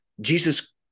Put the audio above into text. Jesus